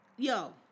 Yo